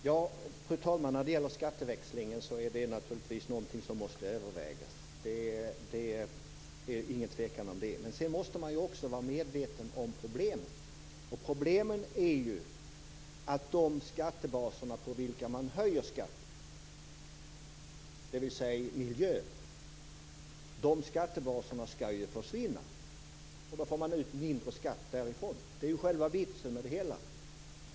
Fru talman! Skatteväxling är naturligtvis någonting som måste övervägas. Det är ingen tvekan om det. Men sedan måste man också vara medveten om problemen. Problemen är att de skattebaser på vilka man höjer skatten, dvs. miljöförstöring, skall försvinna. Då får man ut mindre skatt därifrån. Det är själva vitsen med det hela.